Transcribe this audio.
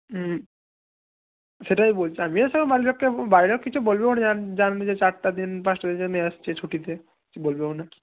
হুম সেটাই বলছি বাড়ির লোককে বাড়ির লোক কিছু বলবেও না জানবে যে চারটে দিন পাঁচটা দিনের জন্য এসেছে ছুটিতে কিছু বলবেও না